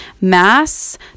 mass